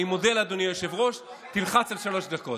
אני מודה לאדוני היושב-ראש, תלחץ על שלוש דקות.